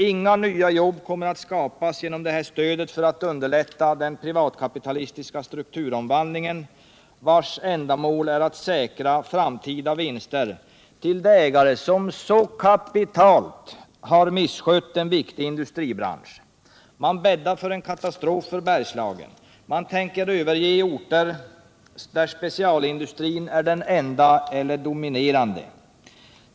Inga nya jobb kommer att skapas genom detta stöd för att underlätta den privatkapitalistiska strukturomvandlingen, vars ändamål är att säkra en viktig industribransch till de ägare som så kapitalt har misskött den. Man bäddar för en katastrof för Bergslagen. Man tänker överge orter, där specialindustrin är den enda eller dominerande näringsgrenen.